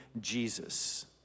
Jesus